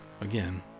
again